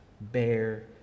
bear